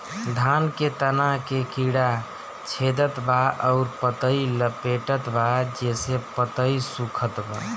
धान के तना के कीड़ा छेदत बा अउर पतई लपेटतबा जेसे पतई सूखत बा?